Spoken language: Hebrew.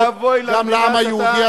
לעם היהודי,